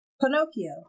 Pinocchio